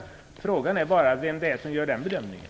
Frågan är bara: Vem gör den bedömningen?